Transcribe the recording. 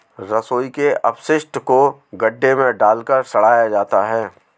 रसोई के अपशिष्ट को गड्ढे में डालकर सड़ाया जाता है